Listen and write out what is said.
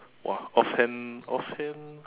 !wah! offhand offhand